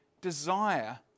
desire